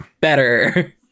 better